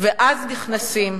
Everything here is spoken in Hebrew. ואז נכנסים,